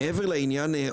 מעבר לעניין,